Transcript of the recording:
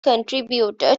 contributor